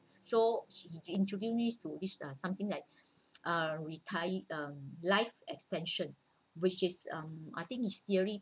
so she introduced me to this uh something like uh retir~ um life extension which is um I think is yearly